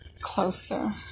closer